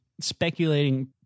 speculating